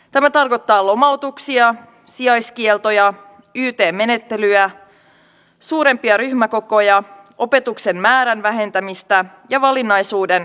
tämä tarkoittaa lomautuksia sijaiskieltoja yt menettelyjä suurempia ryhmäkokoja opetuksen määrän vähentämistä ja valinnaisuuden heikentymistä